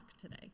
today